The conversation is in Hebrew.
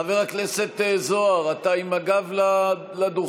חבר הכנסת זוהר, אתה עם הגב לדוכן.